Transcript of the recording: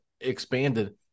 expanded